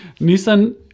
nissan